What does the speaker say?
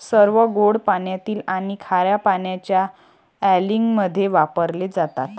सर्व गोड पाण्यातील आणि खार्या पाण्याच्या अँलिंगमध्ये वापरले जातात